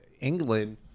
England